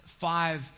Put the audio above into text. five